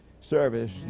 service